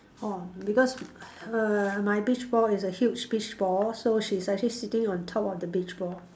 orh because err my beach ball is a huge beach ball so she's actually sitting on top of the beach ball